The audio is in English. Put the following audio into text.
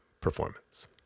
performance